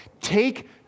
take